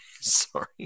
Sorry